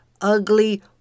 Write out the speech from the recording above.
ugly